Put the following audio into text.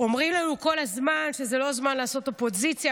אומרים לנו כל הזמן שזה לא הזמן לעשות אופוזיציה,